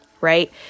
right